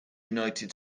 united